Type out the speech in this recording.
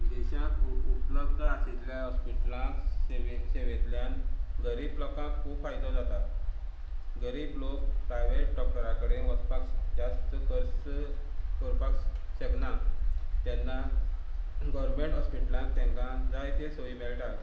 विदेशाक उपलब्ध आशिल्ल्या हॉस्पिटलां सेवे सेवेंतल्यान गरीब लोकांक खूब फायदो जाता गरीब लोक प्रायवेट डॉक्टरा कडेन वचपाक जास्त खर्च करपाक शकना तेन्ना गोवरमेंट हॉस्पिटलांत तेंका जाय त्यो सोयी मेळटा